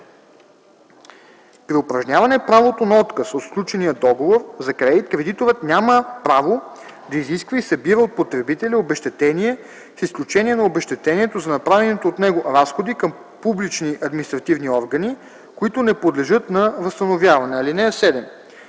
При упражняване правото на отказ от сключения договор за кредит кредиторът няма право да изисква и събира от потребителя обезщетение, с изключение на обезщетението за направените от него разходи към публични административни органи, които не подлежат на възстановяване. (7)